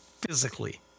physically